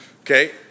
okay